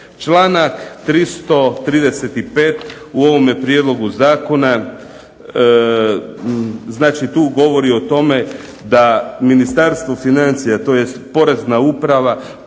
Članak 335. u ovome prijedlogu zakona govori o tome da Ministarstvo financija tj. Porezna uprava